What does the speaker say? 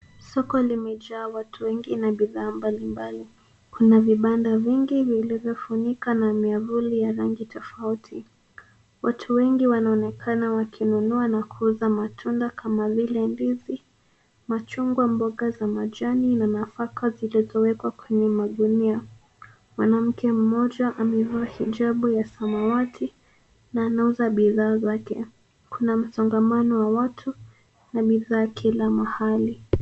Soko limejaa watu wengi na bidhaa mbalimbali. Kuna vibanda vingi vilivyofunika na miavuli ya rangi tofauti. Watu wengi wanaonekana wakinunua na kuuza matunda, kama vile ndizi, machungwa, mboga za majani na nafaka zilizowekwa kwenye magunia. Mwanamke mmoja amevaa hijabu ya samawati na anauza bidhaa zake. Kuna msongamano wa watu na bidhaa kila mahali.